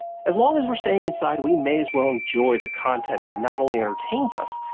as long as we're staying inside, we may as well enjoy the content that not only entertains us,